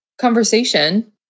conversation